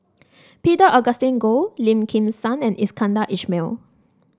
Peter Augustine Goh Lim Kim San and Iskandar Ismail